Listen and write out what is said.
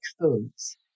foods